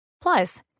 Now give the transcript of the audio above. Plus